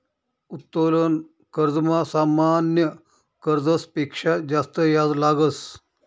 उत्तोलन कर्जमा सामान्य कर्जस पेक्शा जास्त याज लागस